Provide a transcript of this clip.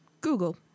Google